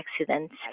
accidents